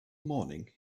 morning